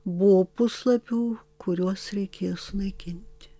buvo puslapių kuriuos reikėjo sunaikinti